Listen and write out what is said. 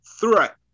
threat